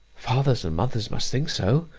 fathers and mothers must think so,